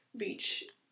reach